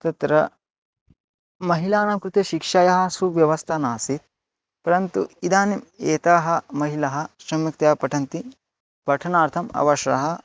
तत्र महिलानां कृते शिक्षायां तु व्यवस्था नासीत् परन्तु इदानीम् एताः महिलाः सम्यक्तया पठन्ति पठनार्थम् अवशाः